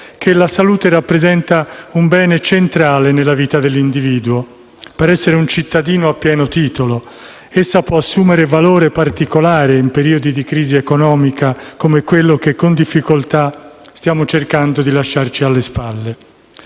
che la salute rappresenta un bene centrale nella vita dell'individuo, per essere un cittadino a pieno titolo. Essa può assumere valore particolare in periodi di crisi economica come quello che con difficoltà stiamo cercando di lasciarci alle spalle.